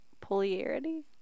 Polarity